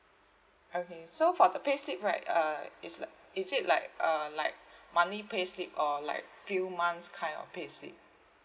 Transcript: okay so for the pay slip right uh it's like is it like uh like monthly pay slip or like few months kind of pay slip